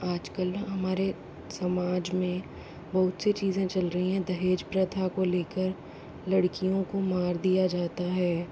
आजकल ना हमारे समाज में बहुत सी चीज़े चल रही हैं दहेज प्रथा को लेकर लड़कियों को मार दिया जाता है